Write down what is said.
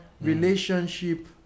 relationship